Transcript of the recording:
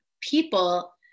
people